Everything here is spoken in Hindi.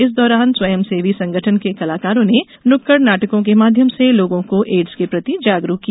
इस दौरान स्वयंसेवी संगठन के कलाकारों ने नुक्कड़ नाटकों के माध्यम से लोगों को एड्स के प्रति जागरुक किया